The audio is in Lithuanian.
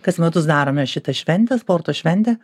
kas metus darome šitą šventę sporto šventę